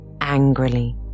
angrily